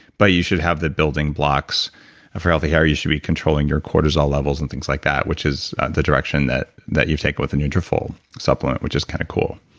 but you should have the building blocks for healthy hair. you should be controlling your cortisol levels and things like that which is the direction that that you take with the nutrafol supplement which is kind of cool.